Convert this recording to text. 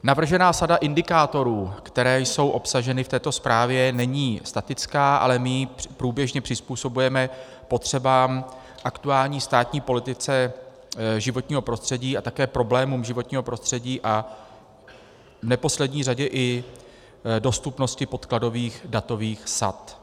Navržená sada indikátorů, které jsou obsaženy v této zprávě, není statická, ale my ji průběžně přizpůsobujeme potřebám aktuální státní politiky životního prostředí a také problémům životního prostředí a v neposlední řadě i dostupnosti podkladových datových sad.